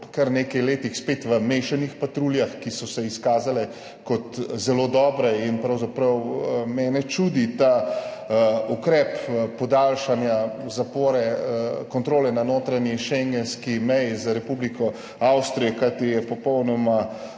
kar nekaj letih spet v mešanih patruljah, ki so se izkazale kot zelo dobre. Pravzaprav mene čudi ta ukrep podaljšanja zapore kontrole na notranji schengenski meji z Republiko Avstrijo, kajti je popolnoma